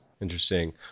Interesting